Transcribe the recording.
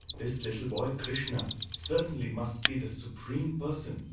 this little boy krishna certainly must be the supreme person.